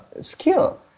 skill